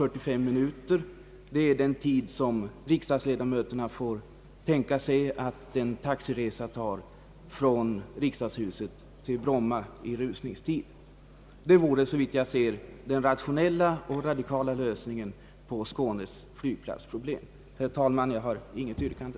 43 minuter är den tid som riksdagsledamöterna måste tänka sig att en taxiresa tar från riksdagshuset till Bromma i rusningstid. Det vore enligt min mening den rationella och radikala lösningen på Skånes flygplatsproblem. Herr talman! Jag har inget yrkande.